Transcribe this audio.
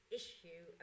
issue